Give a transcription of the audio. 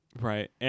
Right